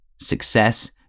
Success